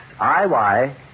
IY